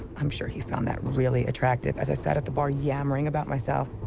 i'm sure he found that really attractive as i sat at the bar yammering about myself.